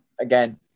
again